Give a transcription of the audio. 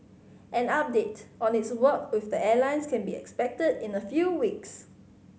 an update on its work with the airlines can be expected in a few weeks